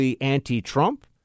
anti-Trump